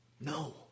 No